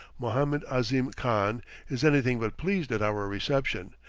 mohammed ahzim khan is anything but pleased at our reception,